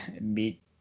meet